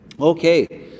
Okay